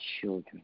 children